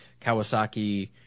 Kawasaki